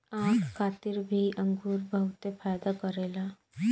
आँख खातिर भी अंगूर बहुते फायदा करेला